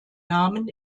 namen